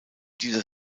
dieser